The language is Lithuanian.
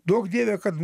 duok dieve kad